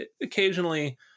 occasionally